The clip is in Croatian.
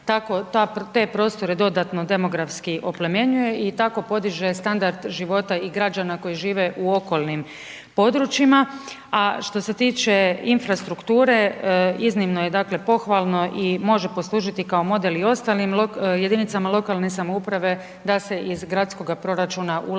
tako te prostore dodatno demografski oplemenjuje i tako podiže standard života i građana koji u okolnim područjima. A što st tiče infrastrukture iznimno je dakle pohvalno i može poslužiti kao model i ostalim jedinicama lokalne samouprave da se iz gradskoga proračuna ulaže